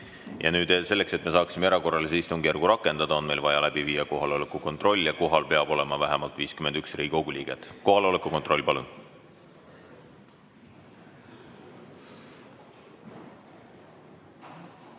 nüüd selleks, et me saaksime erakorralise istungjärgu rakendada, on meil vaja läbi viia kohaloleku kontroll. Kohal peab olema vähemalt 51 Riigikogu liiget. Kohaloleku kontroll, palun!